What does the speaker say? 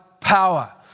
power